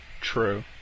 True